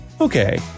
Okay